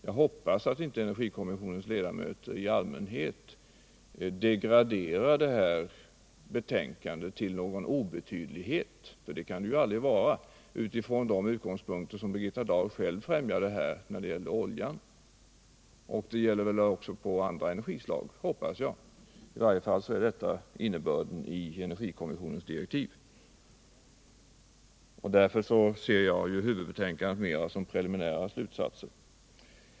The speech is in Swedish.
Jag hoppas att inte energikommissionens ledamöter i allmänhet degraderar detta betänkande till någon obetydlighet, för det kan det aldrig vara, från de utgångspunkter som Birgitta Dahl själv främjade när det gällde oljan. Det gäller väl även andra energislag, hoppas jag. I varje fall är detta innebörden i energikommissionens direktiv. Därför ser jag huvudbetänkandet mer som preliminära slutsatser.